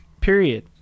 period